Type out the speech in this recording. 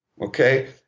okay